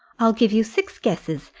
i'll give you six guesses,